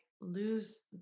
lose